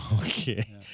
okay